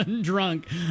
drunk